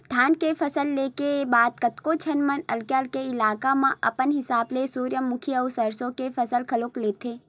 धान के फसल ले के बाद कतको झन मन अलगे अलगे इलाका मन म अपन हिसाब ले सूरजमुखी अउ सरसो के फसल घलोक लेथे